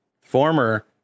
Former